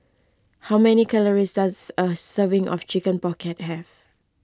how many calories does a serving of Chicken Pocket have